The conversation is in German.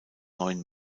neuen